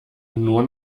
nur